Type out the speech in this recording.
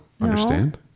understand